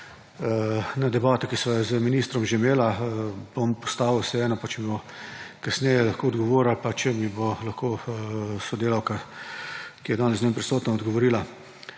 na debato, ki sva jo z ministrom že imela. Pa bom postavil vseeno, pa če mi bo kasneje lahko odgovoril, ali pa če mi bo lahko sodelavka, ki je danes z njim prisotna, odgovorila.